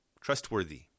trustworthy